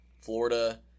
Florida